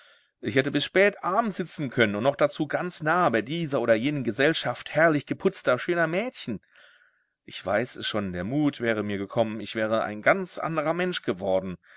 ich hätte bis spät abends sitzen können und noch dazu ganz nahe bei dieser oder jener gesellschaft herrlich geputzter schöner mädchen ich weiß es schon der mut wäre mir gekommen ich wäre ein ganz anderer mensch geworden